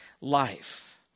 life